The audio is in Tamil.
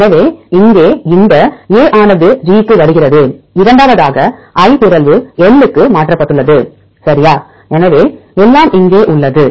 எனவே இங்கே இந்த A ஆனது G க்கு வருகிறது இரண்டாவதாக I பிறழ்வு L க்கு மாற்றப்பட்டுள்ளது சரியா எனவே எல்லாம் இங்கே உள்ளது